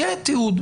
יהיה תיעוד.